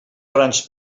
grans